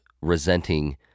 resenting